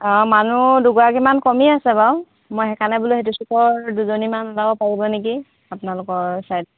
অঁ মানুহ দুগৰাকীমান কমি আছে বাৰু মই সেইকাৰণে বোলো সেইটো চুকৰ দুজনীমান ওলাব পাৰিব নেকি আপোনালোকৰ ছাইড